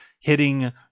hitting